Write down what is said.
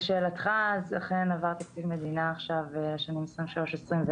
לשאלתך אכן עבר תקציב מדינה עכשיו לשנת תקציב 2024,